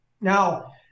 Now